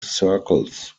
circles